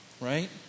right